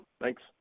Thanks